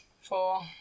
Four